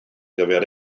gyfer